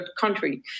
country